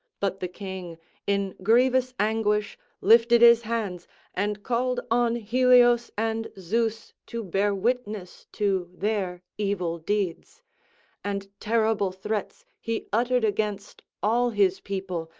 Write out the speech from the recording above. but the king in grievous anguish lifted his hands and called on helios and zeus to bear witness to their evil deeds and terrible threats he uttered against all his people,